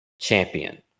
champion